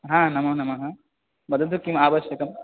हा नमो नमः वदतु किम् आवश्यकं